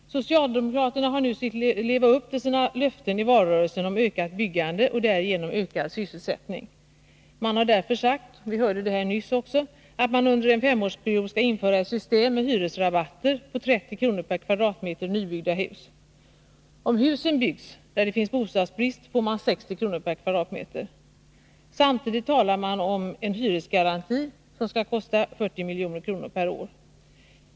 Socialdemokraterna har nu sökt leva upp till sina löften i valrörelsen om ökat byggande och därigenom ökad sysselsättning. Man har därför sagt — vi hörde det här nyss också — att det under en femårsperiod skall införas ett system med hyresrabatter på 30 kr. per m? i nybyggda hus. Om husen byggs där det finns bostadsbrist blir rabatten 60 kr per m?. Samtidigt talar man om en hyresgaranti som skall kosta 40 milj.kr. per år.